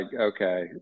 okay